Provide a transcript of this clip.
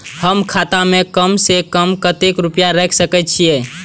हम खाता में कम से कम कतेक रुपया रख सके छिए?